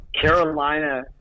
Carolina